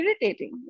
irritating